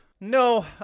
No